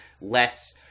less